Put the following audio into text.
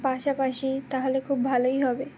পাশাপাশি তাহলে খুব ভালোই হবে